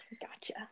Gotcha